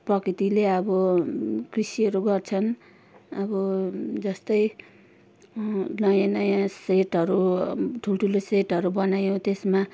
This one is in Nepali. प्रकृतिले अब कृषिहरू गर्छन् अब जस्तै नयाँ नयाँ सेटहरू ठुलठुलो सेटहरू बनायो त्यसमा